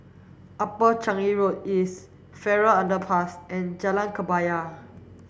Upper Changi Road East Farrer Underpass and Jalan Kebaya